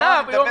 נגד.